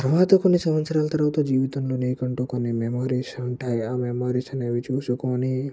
తర్వాత కొన్ని సంవత్సరాలు తర్వాత జీవితంలో నీకు అంటూ కొన్ని మెమోరీస్ ఉంటాయి ఆ మెమోరీస్ అనేవి చూసుకొని